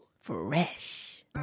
Fresh